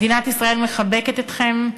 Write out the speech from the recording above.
מדינת ישראל מחבקת אתכם.